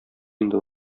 инде